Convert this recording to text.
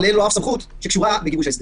אין לו אף סמכות שקשורה לגיבוש ההסדר.